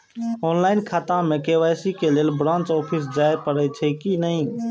Online खाता में KYC के लेल ब्रांच ऑफिस जाय परेछै कि नहिं?